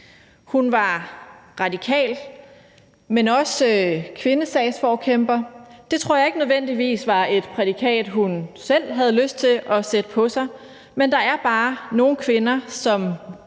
Hun var radikal og kvindesagsforkæmper. Det tror jeg ikke nødvendigvis var et prædikat, hun selv havde lyst til at sætte på sig, men der er bare nogle kvinder, som